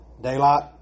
Daylight